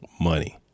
money